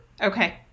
Okay